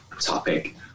topic